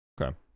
Okay